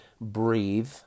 breathe